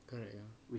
correct ah